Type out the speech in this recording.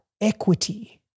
equity